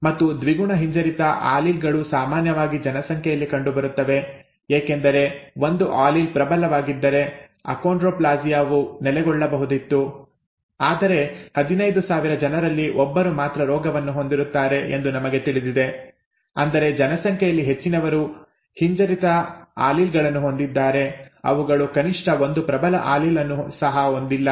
ಮತ್ತು ದ್ವಿಗುಣ ಹಿಂಜರಿತ ಆಲೀಲ್ ಗಳು ಸಾಮಾನ್ಯವಾಗಿ ಜನಸಂಖ್ಯೆಯಲ್ಲಿ ಕಂಡುಬರುತ್ತವೆ ಏಕೆಂದರೆ ಒಂದು ಆಲೀಲ್ ಪ್ರಬಲವಾಗಿದ್ದರೆ ಅಕೋಂಡ್ರೊಪ್ಲಾಸಿಯಾ ವು ನೆಲೆಗೊಳ್ಳಬಹುದಿತ್ತು ಆದರೆ 15000 ಜನರಲ್ಲಿ ಒಬ್ಬರು ಮಾತ್ರ ರೋಗವನ್ನು ಹೊಂದಿರುತ್ತಾರೆ ಎಂದು ನಮಗೆ ತಿಳಿದಿದೆ ಅಂದರೆ ಜನಸಂಖ್ಯೆಯಲ್ಲಿ ಹೆಚ್ಚಿನವರು ಹಿಂಜರಿತ ಆಲೀಲ್ ಗಳನ್ನು ಹೊಂದಿದ್ದಾರೆ ಅವುಗಳು ಕನಿಷ್ಟ ಒಂದು ಪ್ರಬಲ ಆಲೀಲ್ ಅನ್ನು ಸಹ ಹೊಂದಿಲ್ಲ